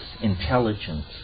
intelligence